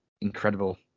incredible